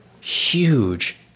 huge